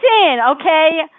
okay